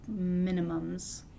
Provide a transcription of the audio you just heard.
minimums